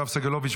יואב סגלוביץ',